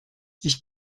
ich